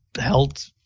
held